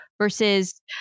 versus